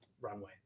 runway